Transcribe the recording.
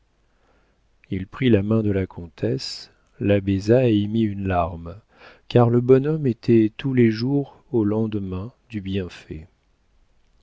il prit la main de la comtesse la baisa et y mit une larme car le bonhomme était tous les jours au lendemain du bienfait